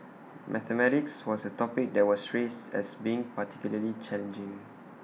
mathematics was A topic that was raised as being particularly challenging